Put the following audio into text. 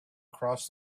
across